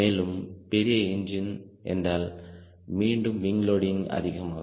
மேலும் பெரிய என்ஜின் என்றால் மீண்டும் விங் லோடிங் அதிகமாகும்